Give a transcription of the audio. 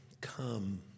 come